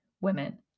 women